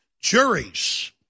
juries